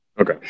Okay